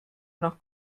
nach